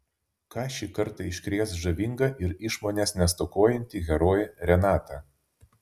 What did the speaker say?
ką šį kartą iškrės žavinga ir išmonės nestokojanti herojė renata